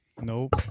nope